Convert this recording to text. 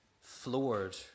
floored